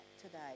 today